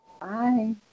Bye